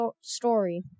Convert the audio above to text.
story